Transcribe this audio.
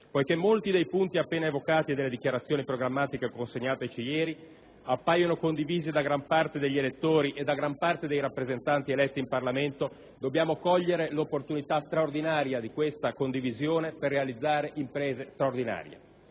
Poiché molti dei punti appena evocati dalle dichiarazioni programmatiche consegnateci ieri appaiono condivisi da gran parte degli elettori e da gran parte dei rappresentanti eletti in Parlamento, dobbiamo cogliere l'opportunità straordinaria di questa condivisione per realizzare imprese straordinarie.